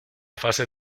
fase